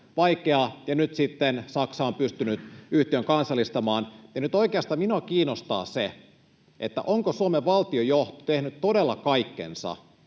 ja nyt sitten Saksa on pystynyt yhtiön kansallistamaan. Nyt oikeastaan minua kiinnostaa se, onko Suomen valtionjohto tehnyt todella kaikkensa,